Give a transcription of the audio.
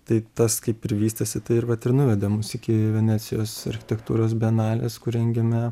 tai tas kaip ir vystėsi tai ir vat ir nuvedė mus iki venecijos architektūros bienalės kur rengėme